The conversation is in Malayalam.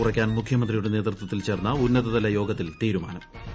കുറയ്ക്കാൻ മുഖ്യമന്ത്രിയുടെ നേതൃത്വത്തിൽ ചേർന്ന ഉന്നതതല യോഗത്തിൽ തീരുമാന്റു